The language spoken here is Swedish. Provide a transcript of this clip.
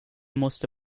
måste